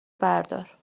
بردار